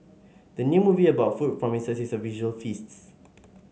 the new movie about food promises a visual feasts